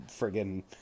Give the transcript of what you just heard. friggin